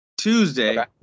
Tuesday